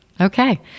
okay